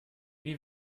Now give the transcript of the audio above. wie